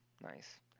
nice